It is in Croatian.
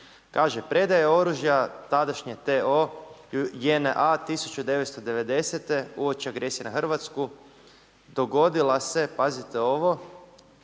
Kaže: „Predaja oružja tadašnje TO JNA 1990. uoči agresije na Hrvatsku dogodila se“ – pazite ovo